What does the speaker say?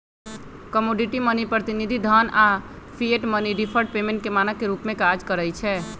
commodity money, प्रतिनिधि धन आऽ फिएट मनी डिफर्ड पेमेंट के मानक के रूप में काज करइ छै